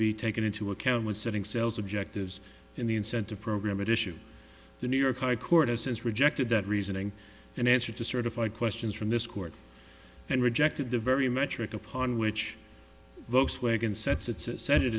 be taken into account when setting sales objectives in the incentive program at issue the new york high court has since rejected that reasoning an answer to certify questions from this court and rejected the very metric upon which votes wagon sets it